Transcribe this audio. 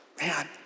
man